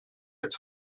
its